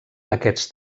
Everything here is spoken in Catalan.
aquests